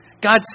God